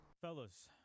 Fellas